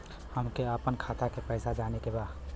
हमके आपन खाता के पैसा जाने के बा